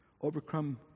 overcome